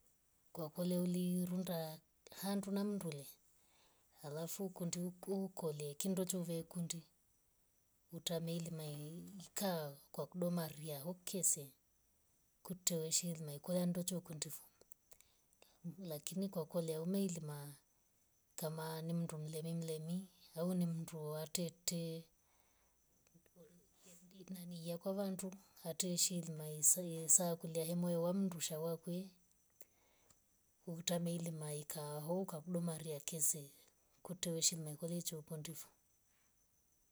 Kwa kwele uli irunda handu namndule alafu kundi uu- uko- ukolie kindacho vai kundi utameli mai kaa kwa kudomaria hukose kutwe weshirima maikwaya ndocho kundifo lakini kwa kolya umeilima kama ni mndu mlemilemi au ndu hatete nani yakwa vandu ataeshilima mai- sa- yeisa kuliya hemwa wamndusha wakwe utameli mai ka hoo ukakudomaria kese kutwe weshirima maikolecho kundifo.